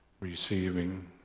receiving